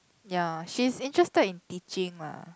ya she's interested in teaching lah